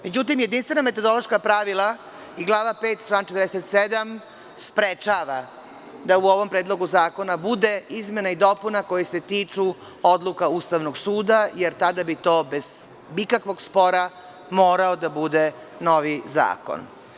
Jedinstvena metodološka pravila i glava 5. član 47. sprečava da u ovom predlogu zakona bude izmena i dopuna koje se tiču odluka Ustavnog suda, jer tada bi to bez ikakvog spora morao da bude novi zakon.